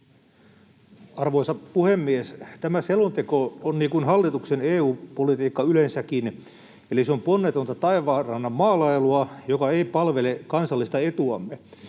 Arvoisa puhemies! Tämä selonteko on, niin kuin hallituksen EU-politiikka yleensäkin, ponnetonta taivaanrannan maalailua, joka ei palvele kansallista etuamme.